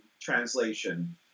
translation